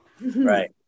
Right